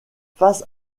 face